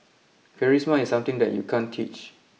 Charisma is something that you can't teach